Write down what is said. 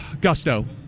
gusto